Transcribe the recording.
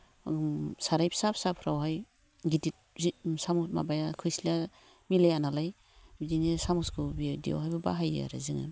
ओम साराय फिसा फिसाफ्रावहाय गिदिद माबाया खोस्लिया मिलाया नालाय बिदिनो सामसखौ बिदियावहायबो बाहायो आरो जोङो